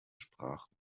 sprachen